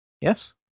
Yes